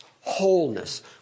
wholeness